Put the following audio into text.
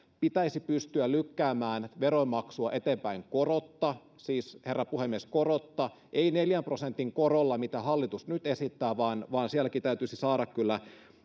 pitäisi pystyä lykkäämään veronmaksua eteenpäin korotta siis herra puhemies korotta ei neljän prosentin korolla mitä hallitus nyt esittää vaan vaan sielläkin täytyisi saada kyllä